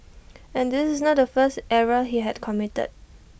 and this is not the first error that he had committed